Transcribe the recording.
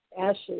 ashes